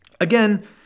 again